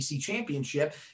championship